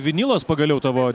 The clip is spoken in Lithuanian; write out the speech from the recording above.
vinilas pagaliau tavo